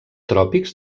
tròpics